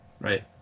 Right